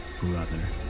brother